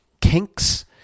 kinks